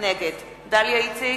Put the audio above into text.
נגד דליה איציק,